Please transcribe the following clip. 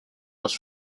was